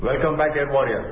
welcome back a warrior